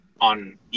on